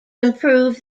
improve